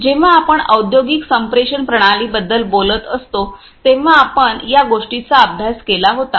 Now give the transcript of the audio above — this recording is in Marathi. जेव्हा आपण औद्योगिक संप्रेषण प्रणालीबद्दल बोलत असतो तेव्हा आपण या गोष्टींचा अभ्यास केला होता